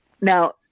Now